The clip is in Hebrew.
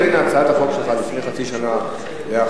ההבדל בין הצעת החוק שלך לפני חצי שנה לעכשיו,